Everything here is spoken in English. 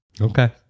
Okay